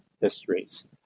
histories